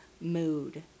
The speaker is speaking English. mood